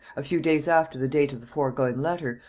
a few days after the date of the foregoing letter,